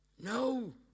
No